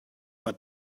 but